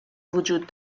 وجود